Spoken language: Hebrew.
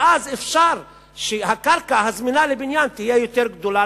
ואז אפשר שהקרקע הזמינה לבניין תהיה יותר גדולה,